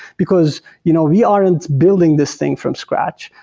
because you know we aren't building this thing from scratch.